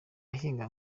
ahinga